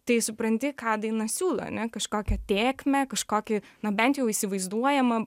tai supranti ką daina siūlo ane kažkokią tėkmę kažkokį na bent jau įsivaizduojamą